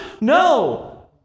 No